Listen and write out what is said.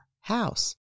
house